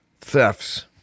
thefts